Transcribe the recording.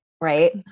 right